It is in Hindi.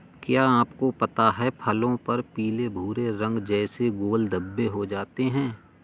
क्या आपको पता है फलों पर पीले भूरे रंग जैसे गोल धब्बे हो जाते हैं?